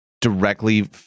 Directly